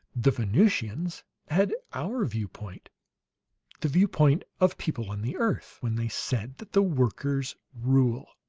the venusians had our viewpoint the viewpoint of people on the earth, when they said that the workers rule.